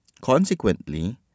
Consequently